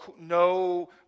no